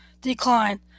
Decline